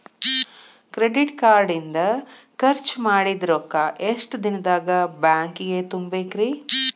Credit card ಇಂದ್ ಖರ್ಚ್ ಮಾಡಿದ್ ರೊಕ್ಕಾ ಎಷ್ಟ ದಿನದಾಗ್ ಬ್ಯಾಂಕಿಗೆ ತುಂಬೇಕ್ರಿ?